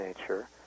nature